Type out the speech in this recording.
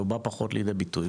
או בא פחות לידי ביטוי?